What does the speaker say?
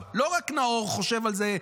לא רק נאור חושב על זה,